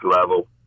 level